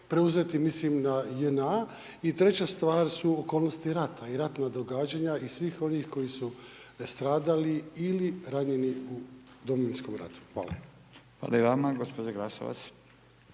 preuzeti, mislim na JNA. I treća stvar su okolnosti rata i ratna događanja i svih onih koji su stradali ili ranjeni u Domovinskom ratu. Hvala. **Radin, Furio